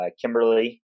Kimberly